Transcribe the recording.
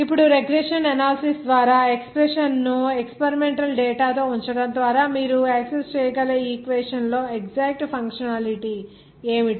ఇప్పుడు regression analysis ద్వారా ఆ ఎక్స్ప్రెషన్ ను ఎక్స్పెరిమెంటల్ డేటాతో ఉంచడం ద్వారా మీరు యాక్సెస్ చేయగల ఈక్వేషన్ లో ఎక్సక్టు ఫంక్షనాలిటీ ఏమిటి